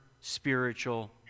spiritual